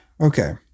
Okay